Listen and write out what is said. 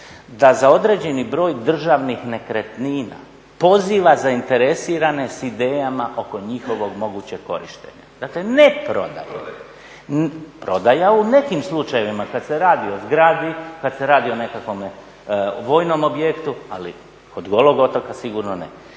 da za određeni broj državnih nekretnina poziva zainteresirane s idejama oko njihovoj mogućeg korištenja. Dakle, ne prodaje. Prodaja u nekim slučajevima kad se radi o zgradi, kad se o radi o nekakvome vojnom objektu, ali kod Golog otoka sigurno ne.